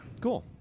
Cool